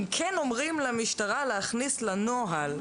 אם כן אומרים למשטרה להכניס לנוהל,